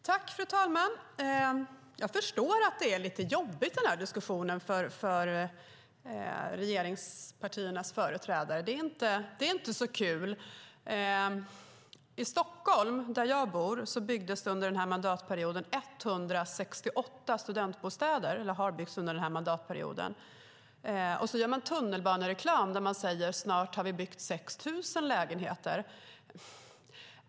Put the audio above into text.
Fru talman! Jag förstår att den här diskussionen är lite jobbig för regeringspartiernas företrädare. Den är inte så kul. I Stockholm, där jag bor, har det under den här mandatperioden byggts 168 studentbostäder. Och så gör ni reklam i tunnelbanan och säger att snart har ni byggt 6 000 lägenheter.